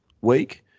week